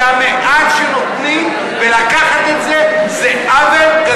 זה המעט שנותנים, ולקחת את זה זה עוול גדול.